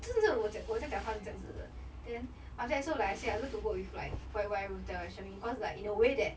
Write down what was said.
就是这种我讲我这样讲话是这样子的 then after that so like I say I love to work with like whoever I showing because like in a way that